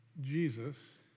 Jesus